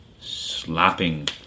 slapping